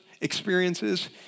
experiences